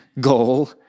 goal